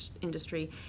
industry